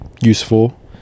useful